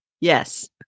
Yes